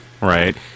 right